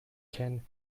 can